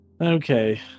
Okay